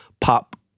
pop